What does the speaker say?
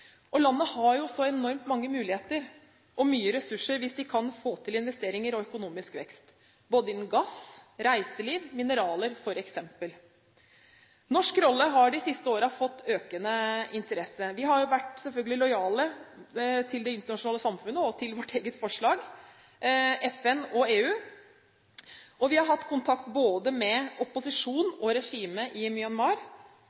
Landet har jo så enormt mange muligheter, og mye ressurser, hvis de får til investeringer og økonomisk vekst – muligheter f.eks. innen gass, reiseliv og mineraler. Norges rolle har de siste årene fått økende interesse. Vi har vært lojale mot det internasjonale samfunnet og mot vårt eget forslag, mot FN og EU. Vi har hatt kontakt både med